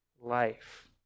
life